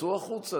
צאו החוצה,